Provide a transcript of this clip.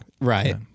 Right